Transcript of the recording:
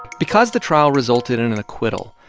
because the trial resulted in an acquittal,